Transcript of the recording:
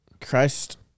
Christ